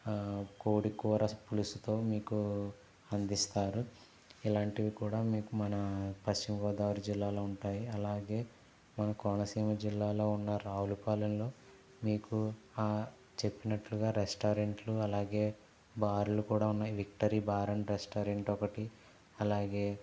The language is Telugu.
కోడి కూర పులుసుతో మీకు అందిస్తారు ఇలాంటివి కూడా మీకు మన పశ్చిమగోదావరి జిల్లాలో ఉంటాయి అలాగే మన కోనసీమ జిల్లాలో ఉన్న రావులపాలెంలో మీకు చెప్పినట్టుగా రెస్టారెంట్లు అలాగే బార్లు కూడా ఉన్నాయి విక్టరీ బార్ అండ్ రెస్టారెంట్ ఒకటి అలాగే